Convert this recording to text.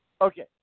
Okay